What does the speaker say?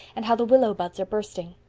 and how the willow buds are bursting.